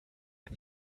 ein